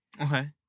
Okay